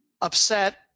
upset